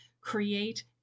create